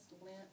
Lent